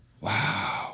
Wow